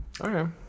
Okay